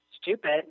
stupid